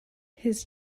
his